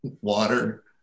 water